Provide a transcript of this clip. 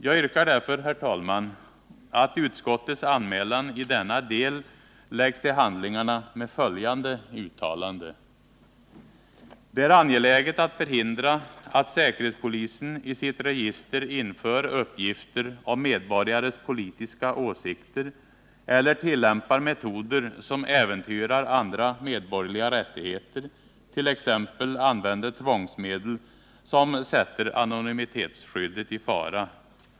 Jag yrkar därför, herr talman, att utskottets anmälan i denna del läggs till handlingarna med följande uttalande: Det är angeläget att förhindra att säkerhetspolisen i sitt register inför uppgifter om medborgares politiska åsikter eller tillämpar metoder som äventyrar andra medborgerliga rättigheter, t.ex. använder tvångsmedel som sätter anonymitetsskyddet i fara.